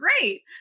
Great